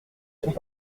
sont